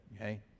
okay